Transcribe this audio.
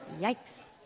yikes